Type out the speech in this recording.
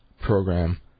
program